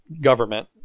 government